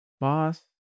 boss